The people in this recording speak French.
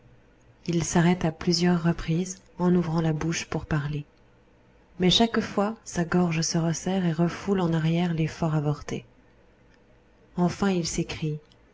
il s'arrête à plusieurs reprises en ouvrant la bouche pour parler mais chaque fois sa gorge se resserre et refoule en arrière l'effort avorté enfin il s'écrie